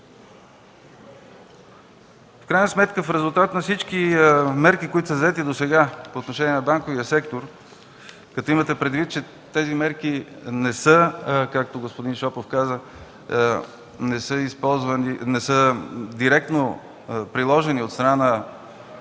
в икономиката. В резултат на всички мерки, които са взети досега по отношение на банковия сектор – като имате предвид, че тези мерки, както господин Шопов каза, не са директно приложени от страна